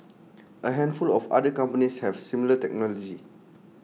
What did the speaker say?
A handful of other companies have similar technology